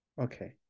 Okay